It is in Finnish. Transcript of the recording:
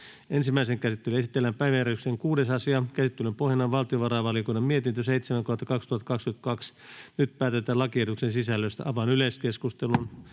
Ensimmäiseen käsittelyyn esitellään päiväjärjestyksen 4. asia. Käsittelyn pohjana on valtiovarainvaliokunnan mietintö VaVM 5/2022 vp. Nyt päätetään lakiehdotuksen sisällöstä. — Avaan yleiskeskustelun.